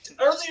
earlier